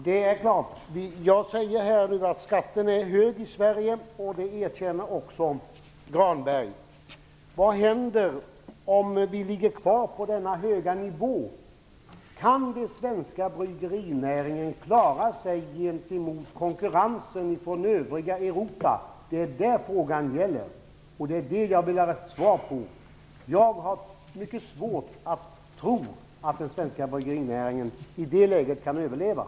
Herr talman! Jag säger här att skatten är hög i Sverige, och det erkänner också Granberg. Vad händer om vi ligger kvar på denna höga nivå? Kan den svenska bryggerinäringen klara sig gentemot konkurrensen från övriga Europa? Det är det frågan gäller, och det är den jag vill ha svar på. Jag har mycket svårt att tro att den svenska bryggerinäringen kan överleva i det läget.